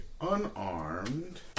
unarmed